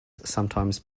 sometimes